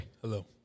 Hello